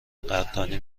قدردانی